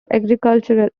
agricultural